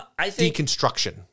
deconstruction